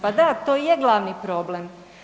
Pa da, to i je glavni problem.